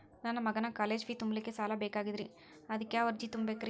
ನನ್ನ ಮಗನ college fee ತುಂಬಲಿಕ್ಕೆ ಸಾಲ ಬೇಕಾಗೆದ್ರಿ ಅದಕ್ಯಾವ ಅರ್ಜಿ ತುಂಬೇಕ್ರಿ?